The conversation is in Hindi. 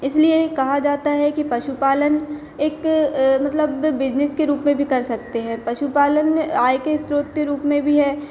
इसलिए कहा जाता है कि पशुपालन एक मतलब बिज़नेस के रूप में भी कर सकते हैं पशुपालन में आय के स्रोत के रूप में भी है